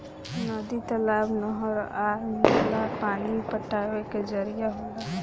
नदी, तालाब, नहर आ नाला पानी पटावे के जरिया होला